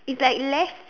is like less